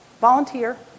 volunteer